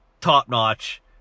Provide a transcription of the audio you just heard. top-notch